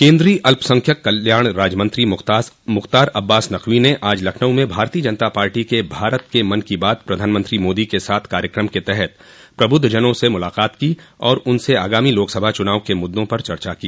केन्द्रीय अल्पसंख्यक कल्याण राज्यमंत्री मुख्तार अब्बास नकवी ने आज लखनऊ में भारतीय जनता पार्टी के भारत के मन की बात प्रधानमंत्री मोदी के साथ कार्यक्रम के तहत प्रबुद्धजनों से मुलाकात की और उनसे आगामी लोकसभा चुनाव के मुद्दों पर चर्चा की